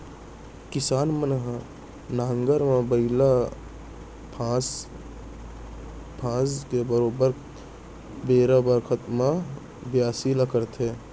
किसान मन ह नांगर म बइला भईंसा फांद के बरोबर बेरा बखत म बियासी ल करथे